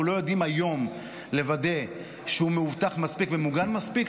לא יודעים היום לוודא שהוא מאובטח מספיק ומוגן מספיק,